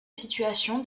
situation